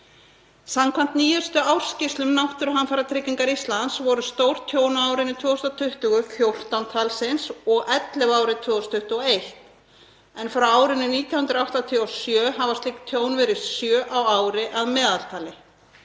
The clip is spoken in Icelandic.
Samkvæmt nýjustu ársskýrslu um Náttúruhamfaratryggingu Íslands voru stórtjón á árinu 2020 14 talsins og 11 árið 2021, en frá árinu 1987 hafa slík tjón verið sjö á ári að meðaltali.